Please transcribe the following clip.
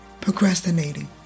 procrastinating